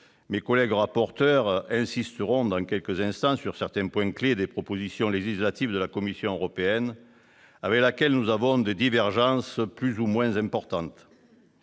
Mes collègues rapporteurs insisteront dans quelques instants sur certains points clés des propositions législatives de la Commission européenne avec laquelle nous avons des divergences plus ou moins importantes.